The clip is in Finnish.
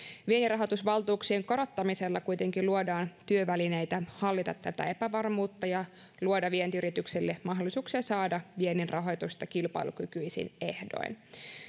vienninrahoitusvaltuuksien korottamisella kuitenkin luodaan työvälineitä hallita tätä epävarmuutta ja luodaan vientiyrityksille mahdollisuuksia saada vienninrahoitusta kilpailukykyisin ehdoin